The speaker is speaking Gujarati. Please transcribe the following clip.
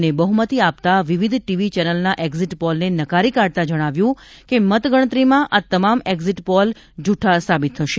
ને બહુમતી આપતાં વિવિધ ટીવી ચેનલના એક્ઝિટ પોલને નકારી કાઢતાં જણાવ્યું છે કે મતગણતરીમાં આ તમામ એક્ઝિટ પોલ જુદ્વા સાબિત થશે